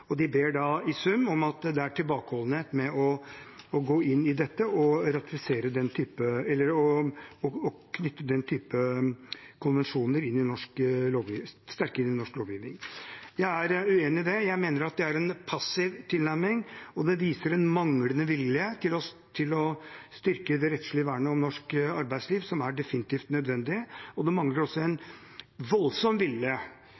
De ber da i sum om å vise tilbakeholdenhet med å gå inn i dette og knytte den typen konvensjoner sterkere til norsk lovgivning. Jeg er uenig i det. Jeg mener at det er en passiv tilnærming, og det viser en manglende vilje til å styrke det rettslige vernet av norsk arbeidsliv, som definitivt er nødvendig. Det mangler også